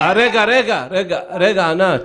ענת,